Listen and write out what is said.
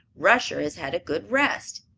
rusher has had a good rest.